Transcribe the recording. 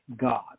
God